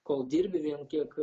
kol dirbi vien kiek